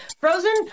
Frozen